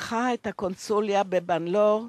פתחה את הקונסוליה בבנגלור,